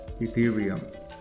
Ethereum